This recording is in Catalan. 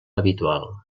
habitual